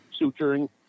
suturing